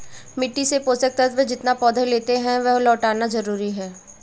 मिट्टी से पोषक तत्व जितना पौधे लेते है, वह लौटाना जरूरी है